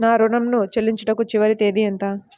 నా ఋణం ను చెల్లించుటకు చివరి తేదీ ఎంత?